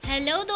Hello